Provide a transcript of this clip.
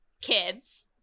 kids